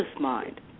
mind